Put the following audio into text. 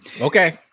Okay